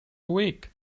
week